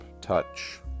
touch